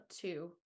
two